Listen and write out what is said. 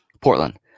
Portland